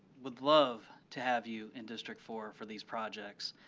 would love to have you in district four for these projects.